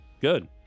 Good